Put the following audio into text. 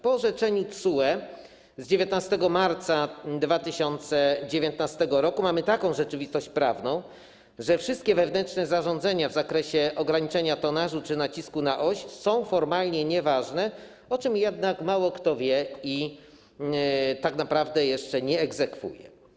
Po orzeczeniu TSUE z 19 marca 2019 r. mamy taką rzeczywistość prawną, że wszystkie wewnętrzne zarządzenia w zakresie ograniczenia tonażu czy nacisku na oś są formalnie nieważne, o czym jednak mało kto wie i czego tak naprawdę jeszcze się nie egzekwuje.